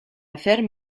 hacer